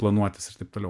planuotis ir taip toliau